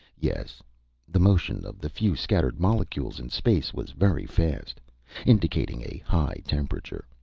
yes the motion of the few scattered molecules in space was very fast indicating a high temperature.